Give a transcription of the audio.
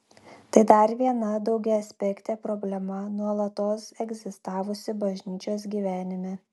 tai dar viena daugiaaspektė problema nuolatos egzistavusi bažnyčios gyvenime